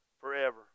forever